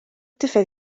tifel